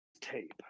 tape